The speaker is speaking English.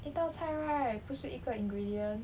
一道菜 right 不是一个 ingredient